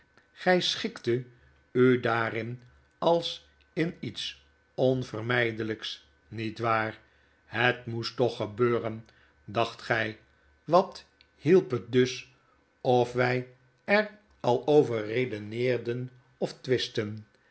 gy schiktet u daarin als in iets onvermydelyks niet waar het moest toch gebeuren dacht gy wat hielp het dus of wy er al over redeneerden of twistten